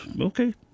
okay